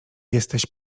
jesteś